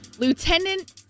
Lieutenant